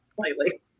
Slightly